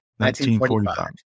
1945